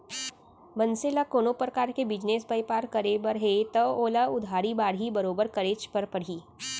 मनसे ल कोनो परकार के बिजनेस बयपार करे बर हे तव ओला उधारी बाड़ही बरोबर करेच बर परही